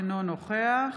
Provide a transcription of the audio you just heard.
אינו נוכח